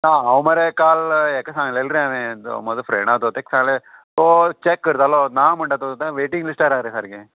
ना हांव मरे काल हेका सांगलेलें रे हांवेन म्हजो फ्रेंड आहा तो तेका सांगलें तो चॅक करतालो ना म्हणटा तो वेटींग लिस्टार हा रे सारकें